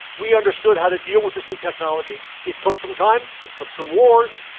we understood how to deal with this new technology. it took some time. it took some wars.